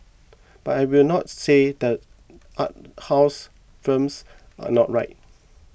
but I will not say that art house films are not right